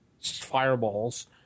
fireballs